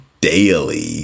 daily